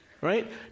right